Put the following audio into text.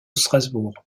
strasbourg